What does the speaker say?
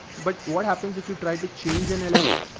but what happens if you try to change an element?